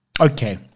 Okay